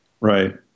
right